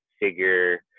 figure